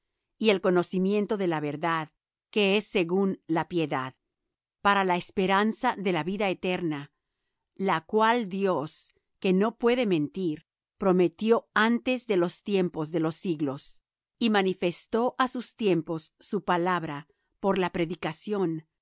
y el conocimiento de la verdad que es según la piedad para la esperanza de la vida eterna la cual dios que no puede mentir prometió antes de los tiempos de los siglos y manifestó á sus tiempos su palabra por la predicación